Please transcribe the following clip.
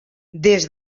des